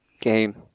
Game